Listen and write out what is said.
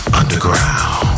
underground